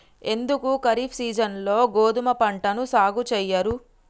ఎందుకు ఖరీఫ్ సీజన్లో గోధుమ పంటను సాగు చెయ్యరు?